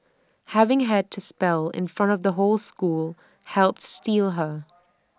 having had to spell in front of the whole school helped steel her